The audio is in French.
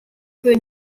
peut